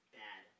bad